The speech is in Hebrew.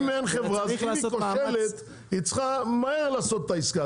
אם יש חברה שהיא כושלת היא צריכה מהר לעשות את העסקה,